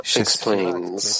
explains